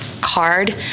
card